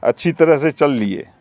اچھی طرح سے چل لیے